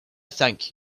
thank